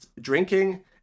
drinking